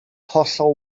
hollol